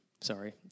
sorry